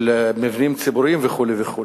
של מבנים ציבוריים וכו' וכו'.